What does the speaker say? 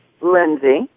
Lindsay